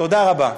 תודה רבה.